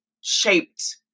shaped